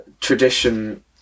tradition